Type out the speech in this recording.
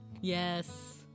Yes